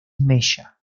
mella